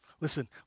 Listen